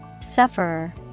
Sufferer